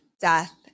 Death